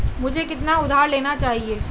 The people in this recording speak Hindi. मुझे कितना उधार लेना चाहिए?